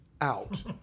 out